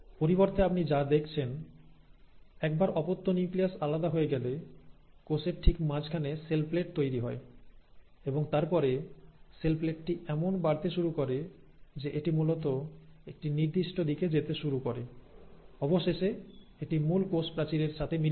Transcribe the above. পরিবর্তে আপনি যা দেখছেন একবার অপত্য নিউক্লিয়াস আলাদা হয়ে গেলে কোষের ঠিক মাঝখানে সেলপ্লেট তৈরি হয় এবং তারপরে সেল প্লেটটি এমন বাড়তে শুরু করে যে এটি মূলত একটি নির্দিষ্ট দিকে যেতে শুরু করে অবশেষে এটি মূল কোষ প্রাচীর এর সাথে মিলিত হয়